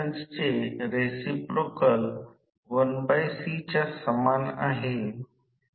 तर वैकल्पिकरित्या या गोष्टीचे सर्किट मॉडेल यासारखे वापरले जाऊ शकते